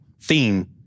theme